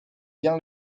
bien